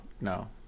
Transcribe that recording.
no